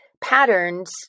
patterns